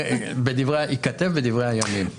ייכתב בדברי הימים.